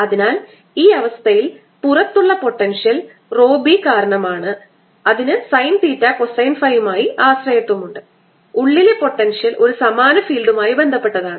അതിനാൽ ഈ അവസ്ഥയിൽ പുറത്തുള്ള പൊട്ടൻഷ്യൽ ρbകാരണമാണ് അതിന് സൈൻ തീറ്റ കൊസൈൻ ഫൈയുമായി ആശ്രയത്വമുണ്ട് ഉള്ളിലെ പൊട്ടൻഷ്യൽ ഒരു സമാന ഫീൽഡുമായി ബന്ധപ്പെട്ടതാണ്